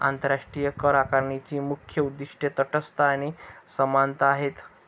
आंतरराष्ट्रीय करआकारणीची मुख्य उद्दीष्टे तटस्थता आणि समानता आहेत